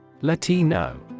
Latino